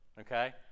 okay